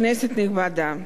כנסת נכבדה,